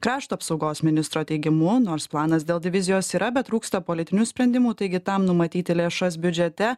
krašto apsaugos ministro teigimu nors planas dėl divizijos yra bet trūksta politinių sprendimų taigi tam numatyti lėšas biudžete